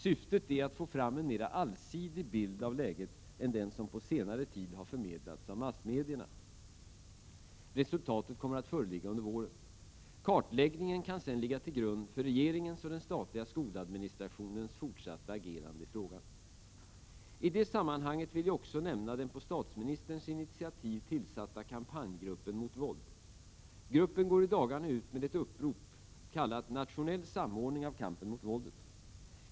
Syftet är att få fram en mera allsidig bild av läget än den som på senare tid har förmedlats av massmedierna. Resultatet kommer att föreligga under våren. Kartläggningen kan sedan ligga till grund för regeringens och den statliga skoladministrationens fortsatta agerande i frågan. I detta sammanhang vill jag också nämna den på statsministerns initiativ tillsatta kampanjgruppen mot våld. Gruppen går i dagarna ut med ett upprop kallat Nationell samordning av kampen mot våldet.